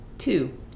Two